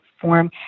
form